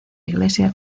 iglesia